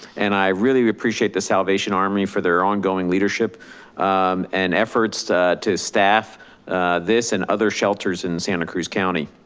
and i really appreciate the salvation army for their ongoing leadership and efforts to to staff this and other shelters in santa cruz county.